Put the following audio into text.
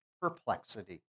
perplexity